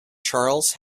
charles